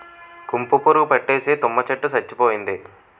గుంపు పురుగు పట్టేసి తుమ్మ చెట్టు సచ్చిపోయింది